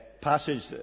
passage